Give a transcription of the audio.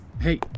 Hey